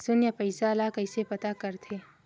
शून्य पईसा ला कइसे पता करथे?